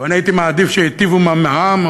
ואני הייתי מעדיף שייטיבו עם המע"מ,